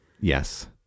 yes